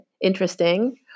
Interesting